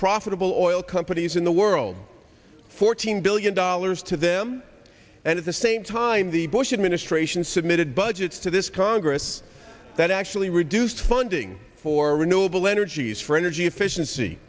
profitable or oil companies in the world fourteen billion dollars to them and at the same time the bush administration submitted budgets to this congress that actually reduced funding for renewable energies for energy efficiency